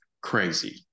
crazy